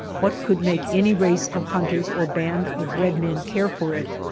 what could make any race of hunters or band of red men care for it?